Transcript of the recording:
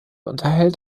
unterhält